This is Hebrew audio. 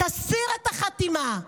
תסיר את החתימה.